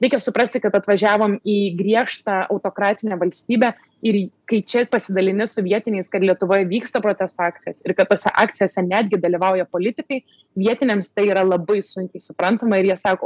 reikia suprasti kad atvažiavom į griežtą autokratinę valstybę ir kai čia pasidalini su vietiniais kad lietuvoj vyksta protesto akcijos ir kad tose akcijose netgi dalyvauja politikai vietiniams tai yra labai sunkiai suprantama ir jie sako